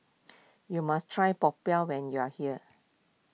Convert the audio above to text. you must try Popiah when you are here